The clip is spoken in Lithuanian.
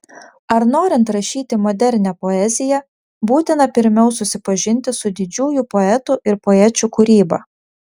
ar norint rašyti modernią poeziją būtina pirmiau susipažinti su didžiųjų poetų ir poečių kūryba